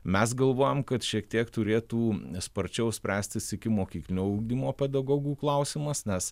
mes galvojam kad šiek tiek turėtų sparčiau spręstis ikimokyklinio ugdymo pedagogų klausimas nes